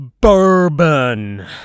bourbon